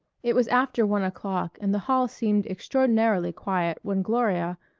it was after one o'clock and the hall seemed extraordinarily quiet when gloria,